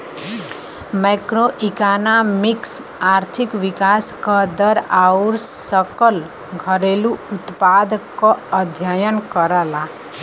macroeconomics आर्थिक विकास क दर आउर सकल घरेलू उत्पाद क अध्ययन करला